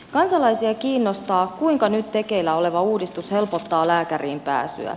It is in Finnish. kansalaisia kiinnostaa kuinka nyt tekeillä oleva uudistus helpottaa lääkäriin pääsyä